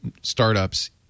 startups